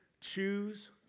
choose